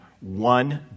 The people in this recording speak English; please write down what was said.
one